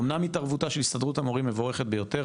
אמנם התערבותה של הסתדרות המורים מבורכת ביותר,